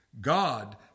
God